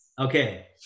Okay